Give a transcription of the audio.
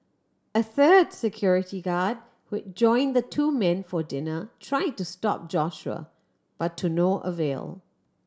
a third security guard who join the two men for dinner try to stop Joshua but to no avail